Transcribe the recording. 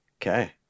Okay